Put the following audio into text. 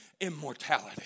immortality